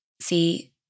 See